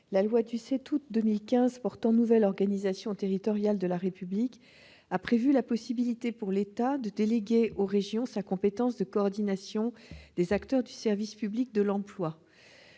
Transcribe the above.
La loi du 7 août 2015 portant nouvelle organisation territoriale de la République a prévu la possibilité pour l'État de déléguer aux régions sa compétence de coordination des acteurs du service public de l'emploi.